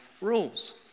rules